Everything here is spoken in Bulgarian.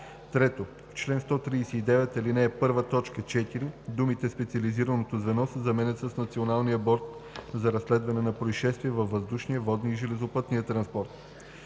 3. В чл. 139, ал. 1, т. 4 думите „специализираното звено“ се заменят с „Националния борд за разследване на произшествия във въздушния, водния и железопътния транспорт“.